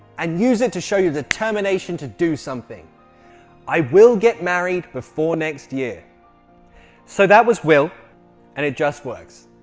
and use it to show your determination to do something i will get married before next year so that was will and it just works